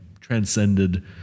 transcended